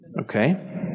Okay